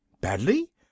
Badly